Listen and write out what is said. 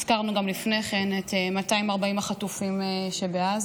הזכרנו גם לפני כן את 240 החטופים שבעזה,